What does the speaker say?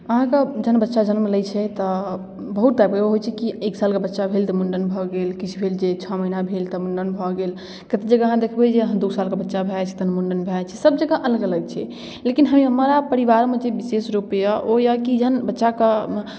अहाँके जहन बच्चा जन्म लै छै तऽ बहुत होइ छै कि एक सालके बच्चा भेल तऽ मुण्डन भऽ गेल किछु भेल जे छओ महीना भेल तऽ मुण्डन भऽ गेल कते जगह अहाँ दखबै जे दू सालके बच्चा भए जाइ छै तहन मुण्डन भए जाइ छै सभ जगह अलग अलग छै लेकिन हैय हमरा परिवारमे जे विशेष रूप यऽ ओ यऽ कि जहन बच्चाके